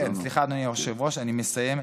סליחה, אדוני היושב-ראש, אני מסיים.